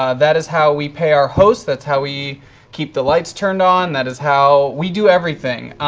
ah that is how we pay our hosts, that's how we keep the lights turned on, that is how we do everything.